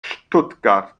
stuttgart